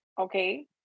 okay